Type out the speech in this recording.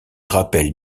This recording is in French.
rappels